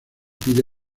pide